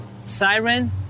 Siren